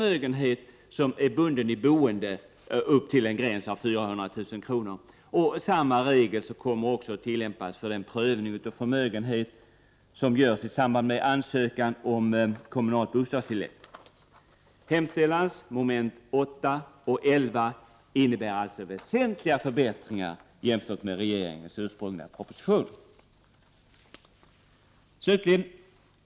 1988/89:45 som är bunden i boende upp till en gräns av 400 000 kr. Samma regel kommer 14 december 1988 också att tillämpas för den prövning av förmögenhet som görsisambandmed = I roommmbomn far år ansökan om kommunalt bostadstillägg. Hemställans mom. 8 och 11 innebär alltså väsentliga förbättringar jämfört med regeringens ursprungliga proposition.